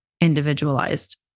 individualized